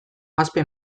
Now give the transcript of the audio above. aspe